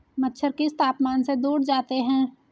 मच्छर किस तापमान से दूर जाते हैं?